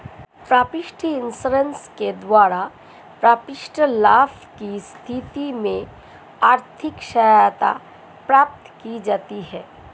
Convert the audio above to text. property insurance के द्वारा property loss की स्थिति में आर्थिक सहायता प्राप्त की जाती है